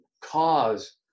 cause